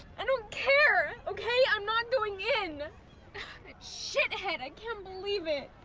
i don't care, okay? i'm not going in. that shithead, i can't believe it.